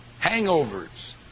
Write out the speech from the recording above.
hangovers